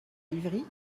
ivry